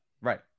Right